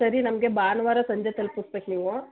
ಸರಿ ನಮಗೆ ಭಾನ್ವಾರ ಸಂಜೆ ತಲುಪಿಸ್ಬೇಕ್ ನೀವು